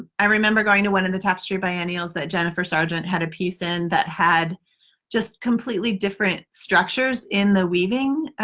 i remember going to one of the tapestry biennials that jennifer sargent had a piece in and that had just completely different structures in the weaving.